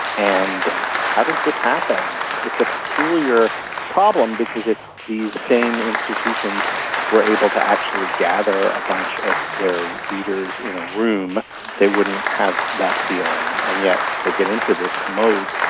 and how does this happen? it's a peculiar problem because if these same institutions were able to actually gather a bunch of their readers in a room they wouldn't have that feeling, and yet they get into this mode.